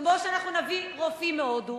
כמו שאנחנו נביא רופאים מהודו,